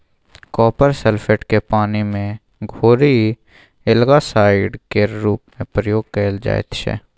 copper sulphate केँ पानि मे घोरि एल्गासाइड केर रुप मे प्रयोग कएल जाइत छै